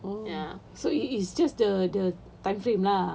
oh so it is just the the time frame lah